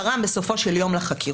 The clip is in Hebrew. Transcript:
תרם בסופו של יום לחקירות,